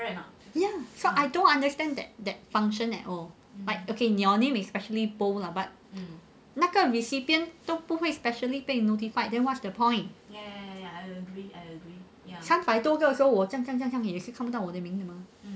ya so I don't understand that that function at all like okay your name is specially bold lah but 那个 recipient 都不会 specially notified then what's the point 三百多个我这样这样看都看不到我的名 mah